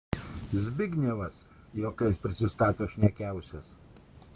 zbignevas juokais prisistato šnekiausias